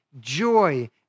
joy